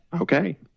Okay